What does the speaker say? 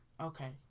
Okay